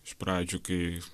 iš pradžių kai